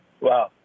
Wow